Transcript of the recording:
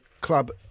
club